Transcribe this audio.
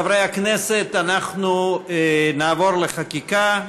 חברי הכנסת, אנחנו נעבור לחקיקה.